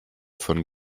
von